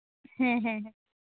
ᱦᱮᱸ ᱦᱮᱸ